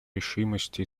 решимости